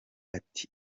ati